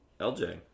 LJ